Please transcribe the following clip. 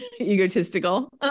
egotistical